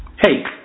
Hey